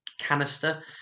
Canister